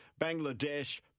Bangladesh